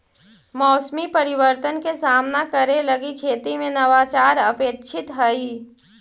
मौसमी परिवर्तन के सामना करे लगी खेती में नवाचार अपेक्षित हई